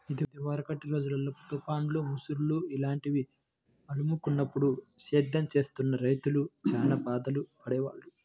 ఇదివరకటి రోజుల్లో తుఫాన్లు, ముసురు లాంటివి అలుముకున్నప్పుడు సేద్యం చేస్తున్న రైతులు చానా బాధలు పడేవాళ్ళు